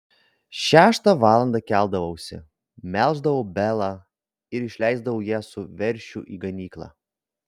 šeštą valandą keldavausi melždavau belą ir išleisdavau ją su veršiu į ganyklą